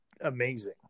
amazing